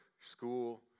school